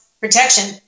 protection